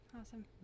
Awesome